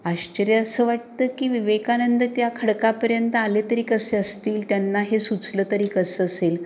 आश्चर्य असं वाटतं की विवेकानंद त्या खडकापर्यंत आले तरी कसे असतील त्यांना हे सुचलं तरी कसं असेल